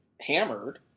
hammered